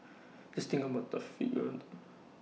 just think about that figure